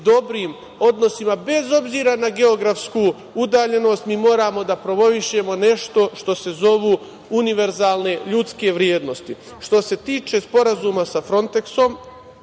dobrim odnosima. Bez obzira na geografsku udaljenost mi moramo da promovišemo nešto što se zovu univerzalne ljudske vrednosti. Što se tiče sporazuma sa „Fronteksom“,